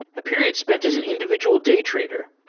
a period spent as an individual day trader,